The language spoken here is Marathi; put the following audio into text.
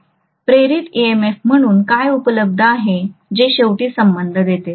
तर प्रेरित EMF म्हणून काय उपलब्ध आहे जे शेवटी संबंध देते